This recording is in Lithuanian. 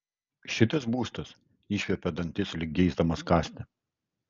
šitas būstas išviepia dantis lyg geisdamas kąsti